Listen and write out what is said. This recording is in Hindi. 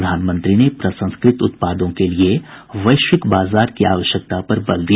प्रधानमंत्री ने प्रसंस्कृत उत्पादों के लिए वैश्विक बाजार की आवश्यकता पर जोर दिया